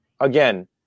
Again